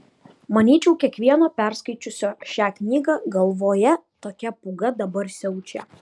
manyčiau kiekvieno perskaičiusio šią knygą galvoje tokia pūga dabar siaučia